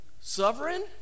sovereign